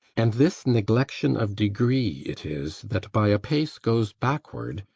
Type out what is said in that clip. and this neglection of degree it is that by a pace goes backward,